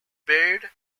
buried